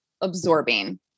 absorbing